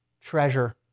treasure